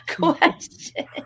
question